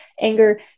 anger